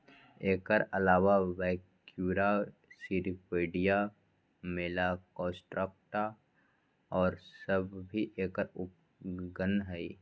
एकर अलावा Brachyura, Cirripedia, Malacostraca और सब भी एकर उपगण हई